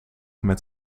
met